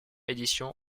édition